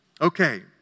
Okay